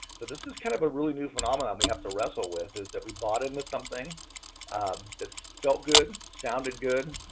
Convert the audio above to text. so this is kind of a really new phenomenon we have to wrestle with is that we bought into something that felt good, sounded good,